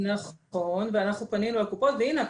נכון ואנחנו פנינו לקופות החולים והנה,